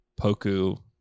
Poku